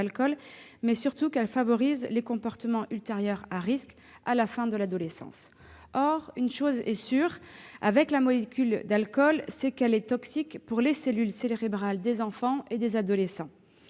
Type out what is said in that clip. mais surtout qu'elle favorise les comportements ultérieurs à risque, à la fin de l'adolescence. Une chose est sûre avec la molécule d'alcool, c'est son caractère toxique sur les cellules cérébrales des enfants et adolescents.